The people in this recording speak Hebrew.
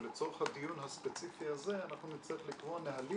ולצורך הדיון הספציפי הזה אנחנו נצטרך לקבוע נהלים